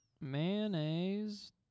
Mayonnaise